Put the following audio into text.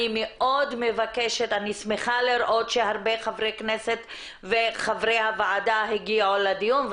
אני שמחה לראות שהרבה חברי כנסת וחברי הוועדה הגיעו לדיון.